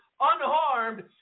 unharmed